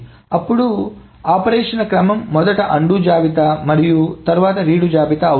కాబట్టి అప్పుడు ఆపరేషన్ల క్రమం మొదట అన్డు జాబితా మరియు తరువాత రీడు జాబితా అవుతాయి